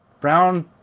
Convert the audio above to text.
brown